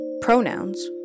pronouns